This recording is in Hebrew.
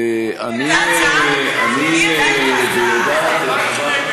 מי הביא את ההצעה?